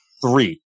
Three